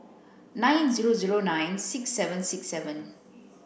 nine zero zero nine six seven six seven